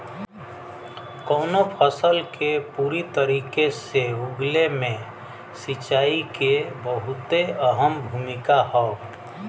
कउनो फसल के पूरी तरीके से उगले मे सिंचाई के बहुते अहम भूमिका हौ